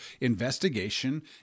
investigation